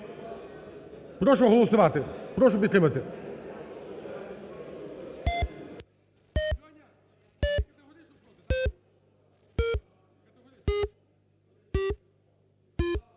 Прошу проголосувати, прошу підтримати.